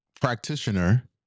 practitioner